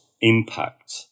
impact